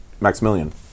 Maximilian